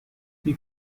die